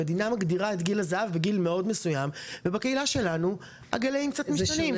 המדינה מגדירה את גיל הזהב בגיל מסוים ובקהילה שלנו הגילאים קצת משתנים.